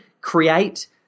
create